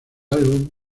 álbum